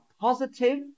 positive